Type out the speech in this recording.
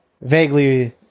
vaguely